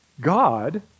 God